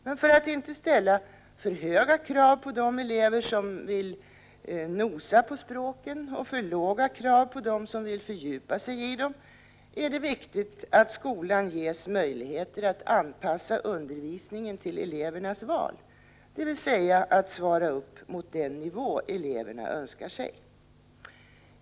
Men för att inte ställa för höga krav på de elever som vill ”nosa på” språken och för låga krav på dem som vill fördjupa sig i dem, är det viktigt att skolan ges möjligheter att anpassa undervisningen till elevernas val — dvs. att svara mot den nivå eleverna önskar sig.